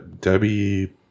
Debbie